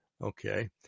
Okay